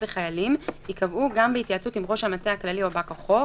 לחיילים ייקבעו גם בהתייעצות עם ראש המטה הכללי או בא-כוחו.